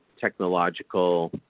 technological